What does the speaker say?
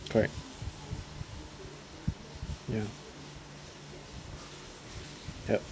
correct ya yup